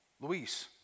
Luis